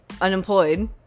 unemployed